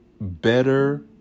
better